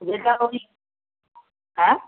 যেটা ওই হ্যাঁ